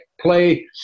play